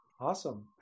Awesome